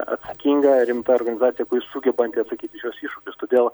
atsakinga rimta organizacija kuri sugebanti atsakyti į šiuos iššūkius todėl